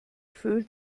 fühlt